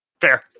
Fair